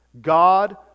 God